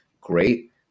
Great